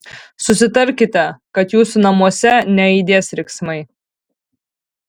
susitarkite kad jūsų namuose neaidės riksmai